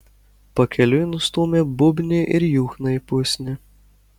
pakeliui nustūmė būbnį ir juchną į pusnį